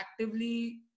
actively